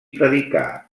predicà